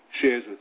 shares